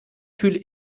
fühle